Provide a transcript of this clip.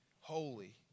holy